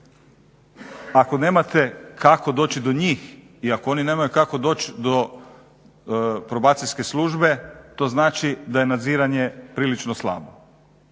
Ako nemate kako doći do njih i ako oni nemaju kako doći do Probacijske službe to znači da je nadziranje prilično slabo,